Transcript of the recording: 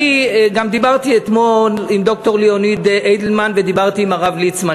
אני גם דיברתי אתמול עם ד"ר ליאוניד אידלמן ועם הרב ליצמן,